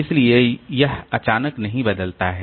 इसलिए यह अचानक नहीं बदलता है